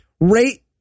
Rate